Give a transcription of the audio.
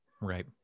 Right